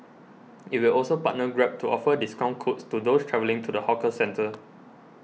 it will also partner Grab to offer discount codes to those travelling to the hawker centre